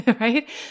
right